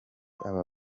aba